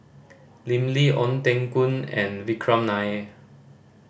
Lim Lee Ong Teng Koon and Vikram Nair